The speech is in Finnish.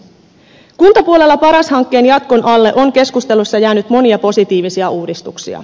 kuntapuolella paras hankkeen jatkon alle on keskustelussa jäänyt monia positiivisia uudistuksia